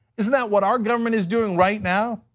isn't that what our government is doing right now?